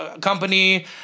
company